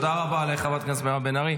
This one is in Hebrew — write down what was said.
תודה רבה לחברת הכנסת מירב בן ארי.